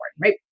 right